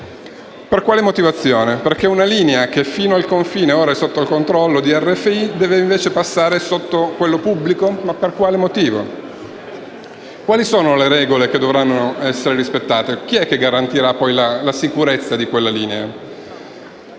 Per quali motivazioni? Perché una linea che fino al confine è ora sotto il controllo di RFI deve invece passare sotto quello pubblico? Per quale motivo? Quali sono le regole che dovranno essere rispettate? Chi garantirà poi la sicurezza di quella linea?